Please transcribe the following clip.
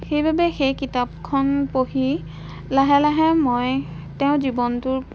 সেইবাবে সেই কিতাপখন পঢ়ি লাহে লাহে মই তেওঁৰ জীৱনটোৰ